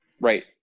Right